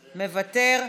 מוותר,